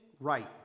right